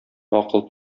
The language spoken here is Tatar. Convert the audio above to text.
акыл